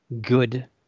good